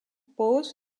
both